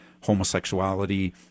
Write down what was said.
homosexuality